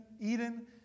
Eden